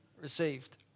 received